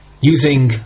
using